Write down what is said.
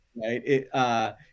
right